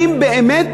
אם באמת